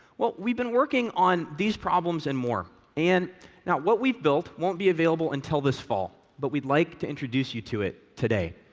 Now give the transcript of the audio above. well, we've been working on these problems and more. and what we've built won't be available until this fall, but we'd like to introduce you to it today.